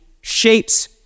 shapes